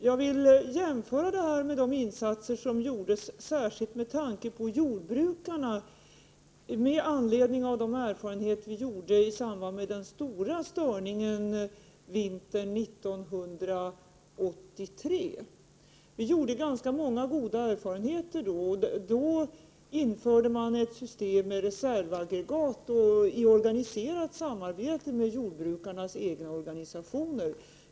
Jag vill jämföra det vi nu talar om med de insatser som gjordes särskilt med 55 tanke på jordbrukarna med anledning av de erfarenheter vi gjorde i samband med den stora störningen vintern 1983. Vi gjorde ganska många goda erfarenheter då. Då införde man ett system med reservaggregat i organiserat samarbete med jordbrukarnas egna organisationer.